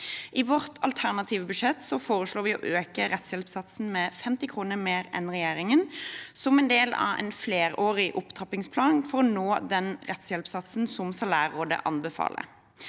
I vårt alternative budsjett foreslår vi å øke rettshjelpssatsen med 50 kr mer enn regjeringen, som en del av en flerårig opptrappingsplan for å nå den rettshjelpsatsen som Salærrådet anbefaler.